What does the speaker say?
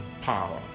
power